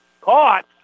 caught